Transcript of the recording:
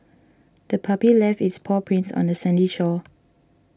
the puppy left its paw prints on the sandy shore